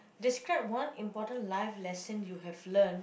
describe one important life lesson you have learn